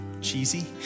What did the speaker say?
cheesy